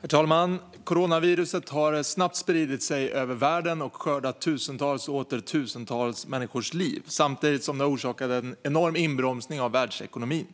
Herr talman! Coronaviruset har snabbt spridit sig över världen och skördat tusentals och åter tusentals människors liv. Samtidigt har det orsakat en enorm inbromsning av världsekonomin.